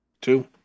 Two